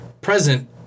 present